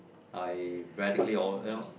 I radically o~ you know